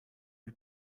lui